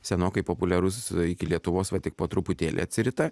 senokai populiarus iki lietuvos va tik po truputėlį atsirita